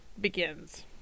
Begins